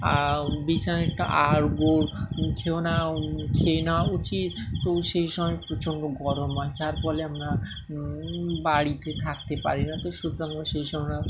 আর বিছানায় একটু আড় গুড় খেয়েও না খেয়ে নেওয়া উচিত তো সেই সময় প্রচণ্ড গরম আর যার ফলে আমরা বাড়িতে থাকতে পারি না তো সুতরাং সেই সময়